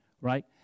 right